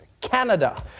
Canada